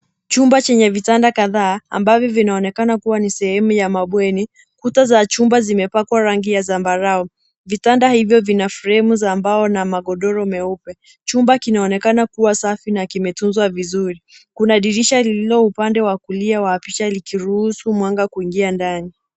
Chumba chenye vitanda kadhaa ambavyo vinaonekana kuwa ni sehemu ya mabweni. Kuta za chumba zimepakwa rangi ya zambarau. Vitanda hivyo vina fremu za mbao na magodoro meupe. Chumba kinaonekana kuwa safi na kimetunzwa vizuri. Kuna dirisha lililo upande wa kulia wa picha likiruhusu mwanga kuingia ndani.